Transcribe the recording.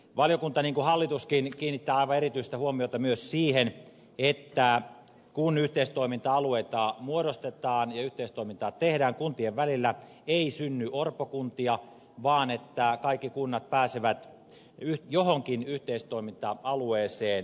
valiokunta niin kuin hallituskin kiinnittää aivan erityistä huomiota myös siihen että kun yhteistoiminta alueita muodostetaan ja yhteistoimintaa tehdään kuntien välillä ei synny orpokuntia vaan kaikki kunnat pääsevät johonkin yhteistoiminta alueeseen mukaan